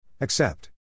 Accept